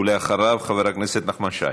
ואחריו, חבר הכנסת נחמן שי.